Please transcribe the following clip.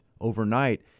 overnight